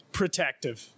protective